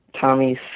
Tommy's